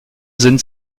sind